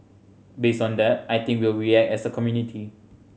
based on that I think we will react as a community